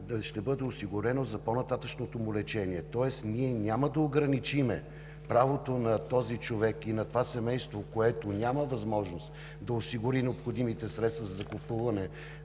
ще бъде осигурено за по-нататъшното му лечение, тоест ние няма да ограничим правото на този човек и на това семейство, което няма възможност да осигури необходимите средства за закупуването